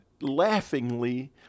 laughingly